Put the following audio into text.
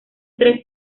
tres